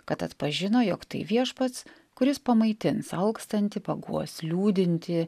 kad atpažino jog tai viešpats kuris pamaitins alkstantį paguos liūdintį